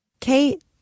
Kate